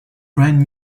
brand